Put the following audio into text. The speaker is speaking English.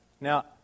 Now